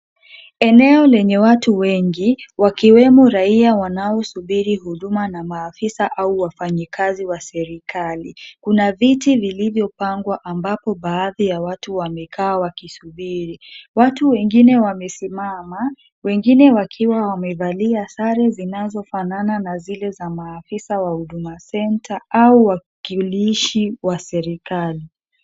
Eneo lenye watu wengi, wakiwemo raia wanaosubiri huduma na ofisa au wafanyakazi wa serikali. Kuna viti vilivyopangwa ambapo baadhi ya watu wamekaa wakisubiri. Watu wengine wamesimama, wengine wakiwa wamevalia sare zinazofanana na zile za maofisa wa Huduma Centre au mawakilishi wa serikali.